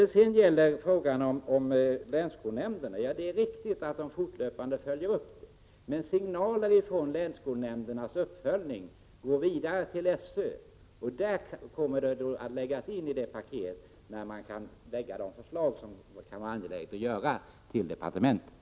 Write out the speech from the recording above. Det är riktigt att länsskolnämnderna fortlöpande gör uppföljningar, men signaler från dessa går vidare till SÖ, som lägger in dem i ett paket med angelägna förslag till departementet.